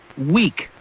weak